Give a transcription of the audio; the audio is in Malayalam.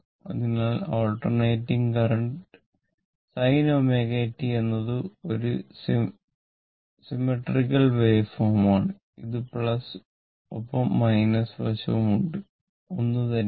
അതിനാൽ ആൾട്ടർനേറ്റിംഗ് കറന്റ് sin ω t എന്നത് ഒരു സിമെട്രിക്കൽ വാവേഫോം ആണ് അത് ഒപ്പം വശവും രണ്ടും ഒന്നുതന്നെയാണ്